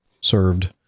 served